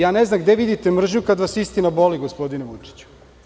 Ja ne znam gde vidite mržnju kad vas istina boli, gospodine Vučiću.